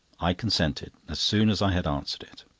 i consented, as soon as i had answered it.